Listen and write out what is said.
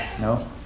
No